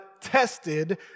tested